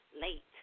Late